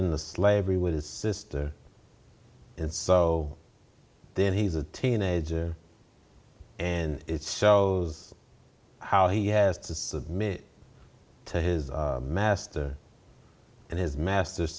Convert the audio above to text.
in the slavery with his sister and so then he's a teenager and it shows how he has to submit to his master and his master